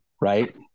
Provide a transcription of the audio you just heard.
right